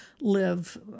live